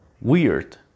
weird